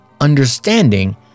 understanding